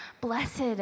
Blessed